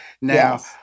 Now